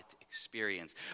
experience